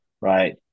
right